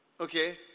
Okay